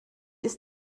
ist